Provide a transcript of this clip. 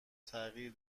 تغییر